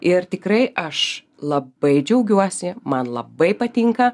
ir tikrai aš labai džiaugiuosi man labai patinka